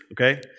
Okay